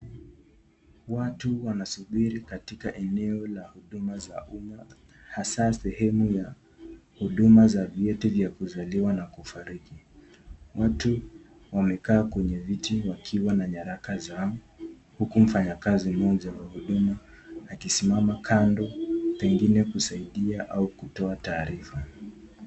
Watu wanasubiri katika eneo la huduma za umma, hasa sehemu ya huduma za vyeti vya kuzaliwa na kufariki. Watu wamekaa kwenye viti wakiwa na nyaraka zao, huku mfanyakazi mmoja wa huduma akisimama kando, pengine kusaidia au kutoa taarifa.